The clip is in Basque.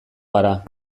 gara